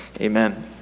amen